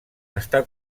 estar